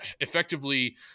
effectively